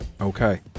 okay